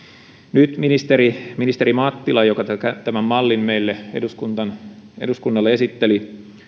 nyt ministeri ministeri mattilan joka tämän mallin meille eduskunnalle esitteli